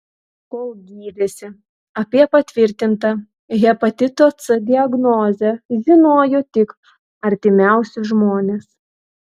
kol gydėsi apie patvirtintą hepatito c diagnozę žinojo tik artimiausi žmonės